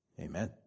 Amen